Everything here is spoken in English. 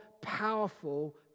powerful